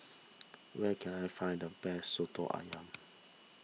where can I find the best Soto Ayam